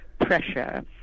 pressure